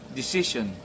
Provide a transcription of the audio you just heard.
decision